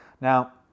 Now